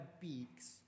beaks